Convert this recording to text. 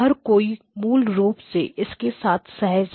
हर कोई मूल रूप से इसके साथ सहज है